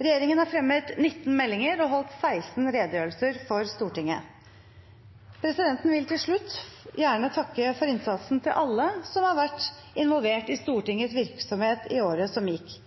Regjeringen har fremmet 19 meldinger og holdt 16 redegjørelser for Stortinget. Presidenten vil til slutt gjerne takke for innsatsen til alle som har vært involvert i Stortingets virksomhet i året som gikk.